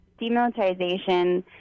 demilitarization